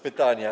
Pytania.